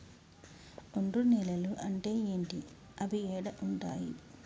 ఒండ్రు నేలలు అంటే ఏంటి? అవి ఏడ ఉంటాయి?